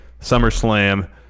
SummerSlam